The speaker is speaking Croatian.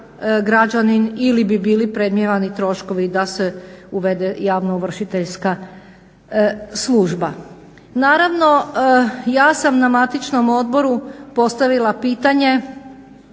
građanin ili bi bili predmnijevani troškovi da se uvede javnoovršiteljska služba. Naravno, ja sam na matičnom odboru postavila pitanje